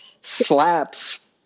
Slaps